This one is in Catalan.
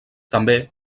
també